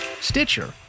Stitcher